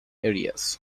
areas